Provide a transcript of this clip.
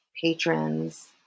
patrons